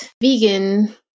vegan